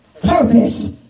purpose